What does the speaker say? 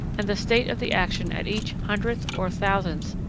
and the state of the action at each hundredth, or thousandth,